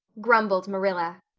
grumbled marilla.